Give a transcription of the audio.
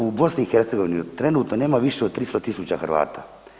U BiH trenutno nema više od 300.000 Hrvata.